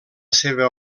seva